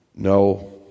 No